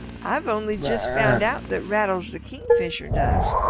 i've only just found out that rattles the kingfisher does.